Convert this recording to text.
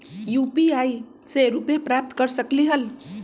UPI से रुपए प्राप्त कर सकलीहल?